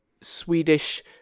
Swedish